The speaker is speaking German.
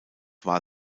war